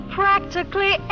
practically